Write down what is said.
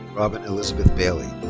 robyn elizabeth bailey.